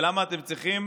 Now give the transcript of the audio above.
ולמה אתם צריכים